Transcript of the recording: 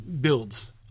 builds